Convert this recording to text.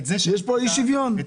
יש פה אי שוויון.